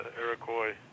Iroquois